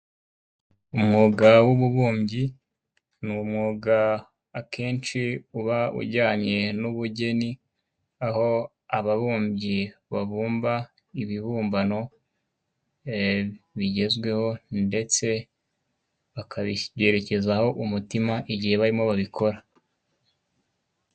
Umwuga w'ububumbyi ni umwuga akenshi uba ujyanye n'ubugeni, aho ababumbyi babumba ibibumbano bigezweho, ndetse bakabishyiraho umutima, igihe barimo babikora.